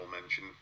mention